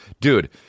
Dude